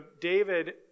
David